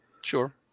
Sure